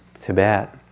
Tibet